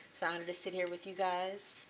so and to sit here with you guys.